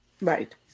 Right